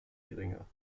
geringer